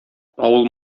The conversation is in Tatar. авыл